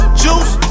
juice